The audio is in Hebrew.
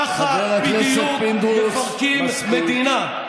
ככה בדיוק מפרקים מדינה,